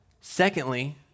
Secondly